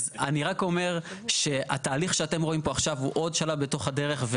אז אני רק אומר שהתהליך שאתם רואים פה עכשיו הוא עוד שלב בתוך הדרך.